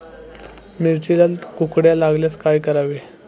मिरचीला कुकड्या झाल्यास काय करावे?